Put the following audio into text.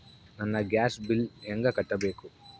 ನನ್ನ gas bill ಹೆಂಗ ಕಟ್ಟಬೇಕು?